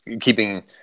keeping